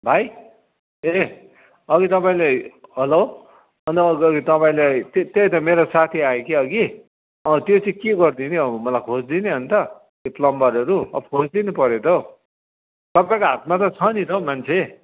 भाइ ए अघि तपाईँले हेलो अन्त अघि तपाईँले त्यही त मेरो साथी आयो कि अघि त्यो चाहिँ के गरिदिने अब मलाई खोजिदिने होइन त प्लम्बरहरू अब खोजिदिनु पऱ्यो त तपैाईँको हातमा त छ नि त मान्छे